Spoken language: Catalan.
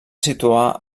situar